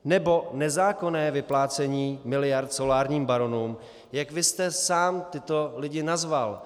Nebo nezákonné vyplácení miliard solární baronům, jak vy jste sám tyto lidi nazval.